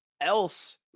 else